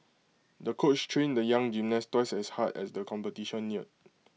the coach trained the young gymnast twice as hard as the competition neared